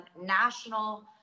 national